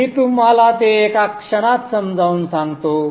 मी तुम्हाला ते एका क्षणात समजावून सांगतो